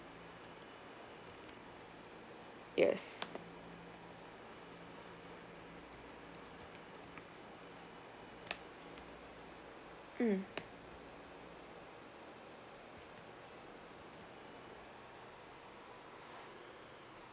yes mm